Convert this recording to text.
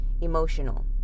emotional